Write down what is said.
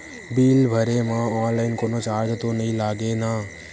Bill भरे मा online कोनो चार्ज तो नई लागे ना?